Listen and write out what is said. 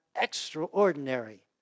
extraordinary